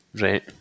Right